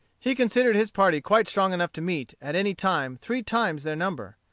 he considered his party quite strong enough to meet, at any time, three times their number.